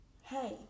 Hey